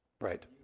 Right